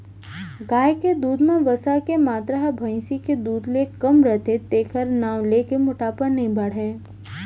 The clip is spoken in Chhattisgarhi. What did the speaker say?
गाय के दूद म वसा के मातरा ह भईंसी के दूद ले कम रथे तेकर नांव लेके मोटापा नइ बाढ़य